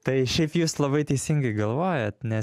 tai šiaip jūs labai teisingai galvojat nes